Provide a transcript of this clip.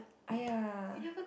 !aiya!